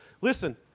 Listen